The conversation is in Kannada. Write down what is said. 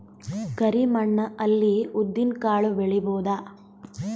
ಕರಿ ಮಣ್ಣ ಅಲ್ಲಿ ಉದ್ದಿನ್ ಕಾಳು ಬೆಳಿಬೋದ?